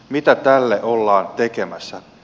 mitä tälle ollaan tekemässä